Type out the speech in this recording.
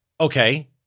Okay